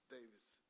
Davis